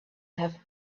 have